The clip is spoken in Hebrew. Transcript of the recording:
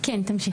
כן, תמשיכי.